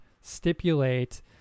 stipulate